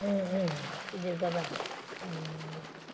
उम उम गिदिरबोला उम